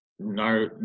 No